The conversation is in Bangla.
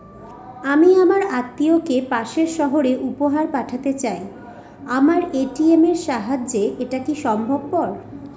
আমি আমার আত্মিয়কে পাশের সহরে উপহার পাঠাতে চাই আমার এ.টি.এম এর সাহায্যে এটাকি সম্ভবপর?